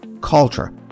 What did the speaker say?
culture